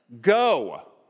go